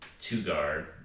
two-guard